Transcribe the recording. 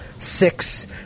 Six